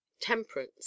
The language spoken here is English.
temperance